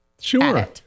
Sure